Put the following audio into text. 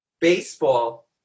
baseball